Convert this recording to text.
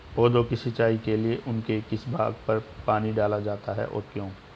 पौधों की सिंचाई के लिए उनके किस भाग पर पानी डाला जाता है और क्यों?